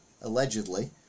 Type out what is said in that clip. allegedly